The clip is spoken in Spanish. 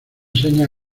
señas